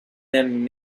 them